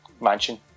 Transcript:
mansion